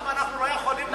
למה אנחנו לא יכולים,